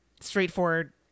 straightforward